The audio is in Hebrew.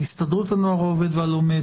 הסתדרות הנוער העובד והלומד,